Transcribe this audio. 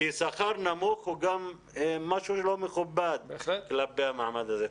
כי שכר נמוך הוא גם משהו לא מכובד כלפי המעמד הזה.